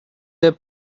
their